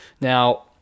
Now